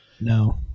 No